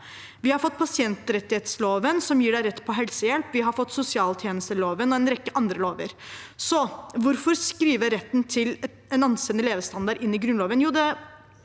Vi har fått pasientrettighetsloven, som gir en rett på helsehjelp, vi har fått sosialtjenesteloven og en rekke andre lover. Så hvorfor skrive retten til en anstendig levestandard inn i Grunnloven?